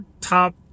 top